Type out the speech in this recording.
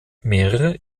mehrere